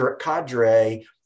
cadre